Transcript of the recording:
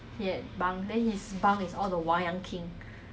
不应该看到的东西 lah then like my bro